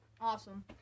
Awesome